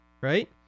Right